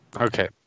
okay